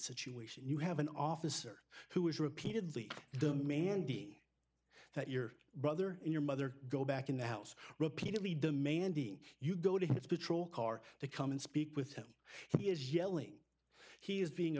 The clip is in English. situation you have an officer who is repeatedly the mandy that your brother and your mother go back in the house repeatedly demanding you go to his patrol car to come and speak with him he is yelling he is being